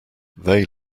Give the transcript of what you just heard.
they